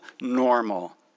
normal